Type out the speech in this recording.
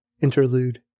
Interlude